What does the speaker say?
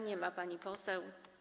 Nie ma pani poseł.